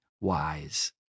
wise